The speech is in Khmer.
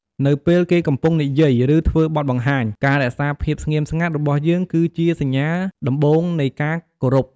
នៅពេលគេកំពុងនិយាយ ឬធ្វើបទបង្ហាញ ការរក្សាភាពស្ងៀមស្ងាត់របស់យើង គឺជាសញ្ញាដំបូងនៃការគោរព។